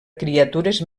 criatures